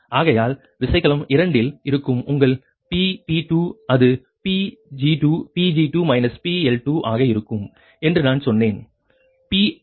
ஆகையால் விசைக்கலம் 2 இல் இருக்கும் உங்கள் P P2 அது Pg Pg2 PL2 ஆக இருக்கும் என்று நான் சொன்னேன் Pi Pgi PLi